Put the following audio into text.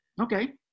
Okay